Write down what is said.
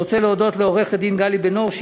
אני רוצה להודות לעורכת-דין גלי בן אור,